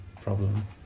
problem